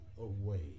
away